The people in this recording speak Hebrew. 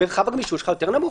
מרחב הגמישות שלך יותר נמוך.